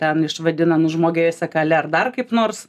ten išvadina nužmogėjusia kale ar dar kaip nors